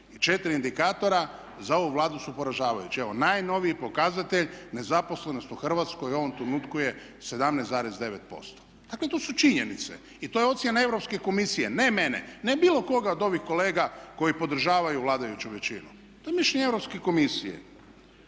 četiri indikatora za ovu Vladu su poražavajući. Evo najnoviji pokazatelj nezaposlenosti u Hrvatskoj u ovom trenutku je 17,0%. Dakle, to su činjenice i to je ocjena Europske komisije ne mene, ne bilo koga od ovih kolega koji podržavaju vladajuću većinu. To je mišljenje Europske komisije.